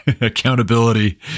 accountability